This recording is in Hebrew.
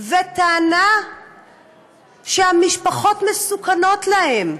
וטענה שהמשפחות מסוכנות להם,